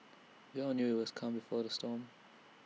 we all knew IT was the calm before the storm